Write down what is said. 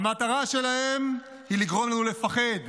המטרה שלהם היא לגרום לנו לפחד,